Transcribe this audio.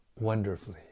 wonderfully